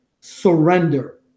surrender